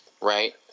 Right